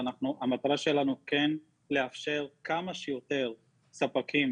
המטרה שלנו כן לאפשר כמה שיותר ספקים